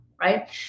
right